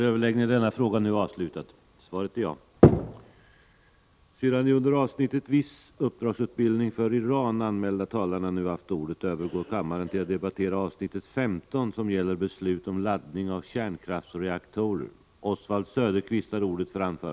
Sedan de under avsnittet Viss uppdragsutbildning för Iran anmälda talarna nu haft ordet övergår kammaren till att debattera avsnitt 15: Beslut om laddning av kärnkraftsreaktorer.